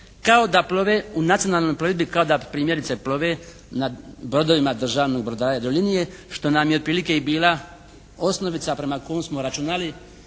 kao da plove u nacionalnoj plovidbi kao da primjerice plove na brodovima državnog brodara Jadrolinije što nam je otprilike i bila osnovica prema kojoj smo računali